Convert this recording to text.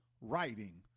writing